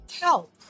help